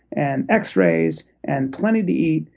and x rays, and plenty to eat,